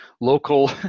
local